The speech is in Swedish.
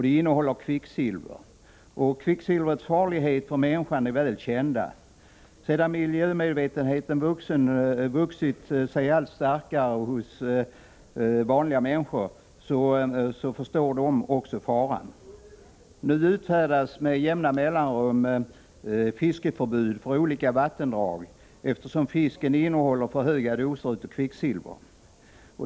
Det innehåller kvicksilver. Kvicksilvrets farlighet för människan är väl känd. Sedan miljömedvetenheten vuxit sig allt starkare har också vanliga människor insett faran. Nu utfärdas med jämna mellanrum fiskeförbud för olika vattendrag, eftersom fisken innehåller för höga doser kvicksilver.